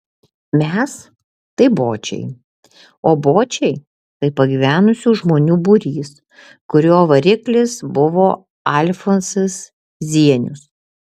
mes tai bočiai o bočiai tai pagyvenusių žmonių būrys kurio variklis buvo alfonsas zienius